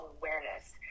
awareness